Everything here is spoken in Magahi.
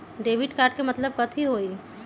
डेबिट कार्ड के मतलब कथी होई?